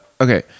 okay